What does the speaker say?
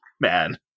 man